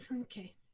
okay